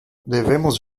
devemos